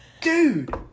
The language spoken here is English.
dude